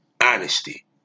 honesty